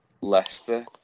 Leicester